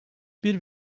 bir